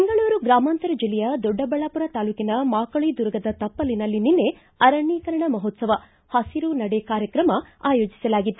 ಬೆಂಗಳೂರು ಗ್ರಾಮಾಂತರ ಜಿಲ್ಲೆಯ ದೊಡ್ಡಬಳ್ಳಾವುರ ತಾಲ್ಲೂಕಿನ ಮಾಕಳಿ ದುರ್ಗದ ತಪ್ಪಲಿನಲ್ಲಿ ನಿನ್ನೆ ಆರಣ್ಣೀಕರಣ ಮಹೋತ್ಸವ ಹಸಿರು ನಡೆ ಕಾರ್ಯಕ್ರಮ ಆಯೋಜಿಸಲಾಗಿತ್ತು